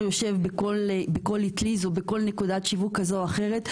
יושב בכל אטליז או בכל נקודת שיווק כזו או אחרת,